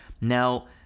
Now